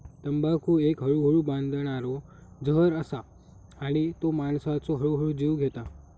तंबाखू एक हळूहळू बादणारो जहर असा आणि तो माणसाचो हळूहळू जीव घेता